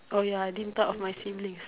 oh ya I didn't thought of my siblings